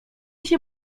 się